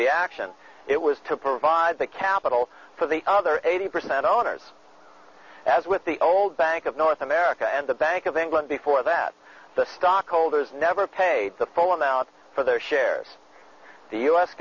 the action it was to provide the capital for the other eighty percent owners as with the old bank of north america and the bank of england before that the stock holders never pay the full amount for their shares the u s